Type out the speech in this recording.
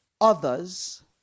others